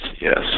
yes